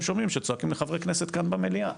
שומעים שהם צועקים לחברי כנסת כאן במליאה.